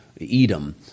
Edom